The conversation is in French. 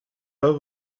pas